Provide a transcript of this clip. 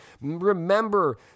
Remember